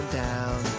down